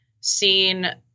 seen